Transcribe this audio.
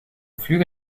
flüge